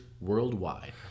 worldwide